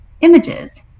images